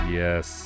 yes